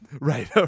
right